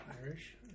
Irish